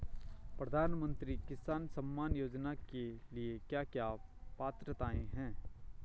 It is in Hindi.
प्रधानमंत्री किसान सम्मान योजना के लिए क्या क्या पात्रताऐं हैं?